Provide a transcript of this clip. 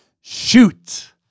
shoot